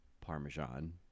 Parmesan